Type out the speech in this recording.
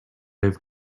have